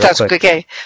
Okay